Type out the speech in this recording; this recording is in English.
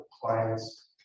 clients